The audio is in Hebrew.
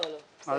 לא, בסדר.